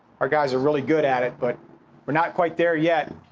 our guys are really good at it, but we're not quite there yet.